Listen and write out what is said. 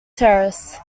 terrace